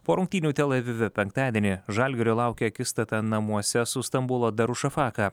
po rungtynių tel avive penktadienį žalgirio laukia akistata namuose su stambulo darušafaka